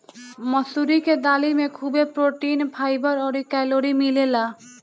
मसूरी के दाली में खुबे प्रोटीन, फाइबर अउरी कैलोरी मिलेला